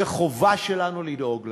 זו חובה שלנו לדאוג להם.